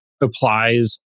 applies